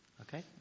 Okay